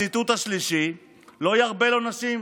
הציטוט השלישי: "לא ירבה לו נשים".